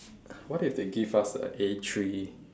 what if they give us a A three